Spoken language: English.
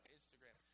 Instagram